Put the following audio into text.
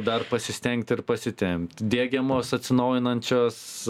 dar pasistengt ir pasitempt diegiamos atsinaujinančios